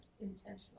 intentional